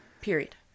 Period